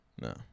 No